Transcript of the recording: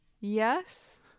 yes